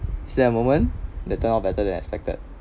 is there a moment that turn out better than expected